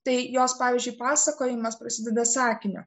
tai jos pavyzdžiui pasakojimas prasideda sakiniu